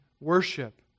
worship